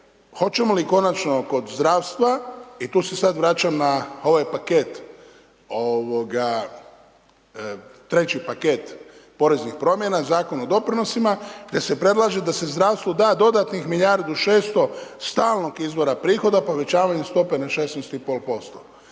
hoćemo li konačno oko zdravstva i tu se sad vraćam na ovaj paket, treći paket poreznih promjena, Zakon o doprinosima, te se predlaže da se zdravstvu da dodatnih milijardu i 600 stalnog izvora prihoda povećavanjem stope na 16,5%.